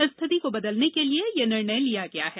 इस स्थिति को बदलने के लिए यह निर्णय लिया गया है